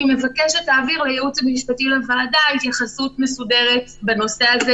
אני מבקשת להעביר לייעוץ המשפטי לוועדה התייחסות מסודרת בנושא הזה,